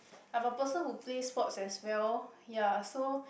I'm a person who plays sports as well ya so